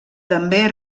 també